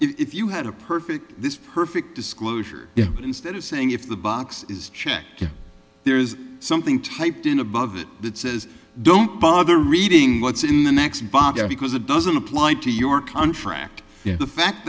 if you had a perfect this perfect disclosure but instead of saying if the box is checked there's something typed in above that says don't bother reading what's in the next bob because it doesn't apply to your contract the fact